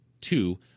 two